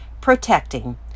Protecting